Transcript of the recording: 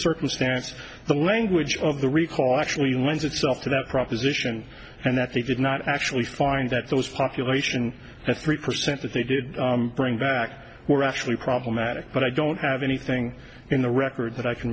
circumstance of the language of the recall actually lends itself to that proposition and i think did not actually find that there was population and three percent that they did bring back were actually problematic but i don't have anything in the record that i can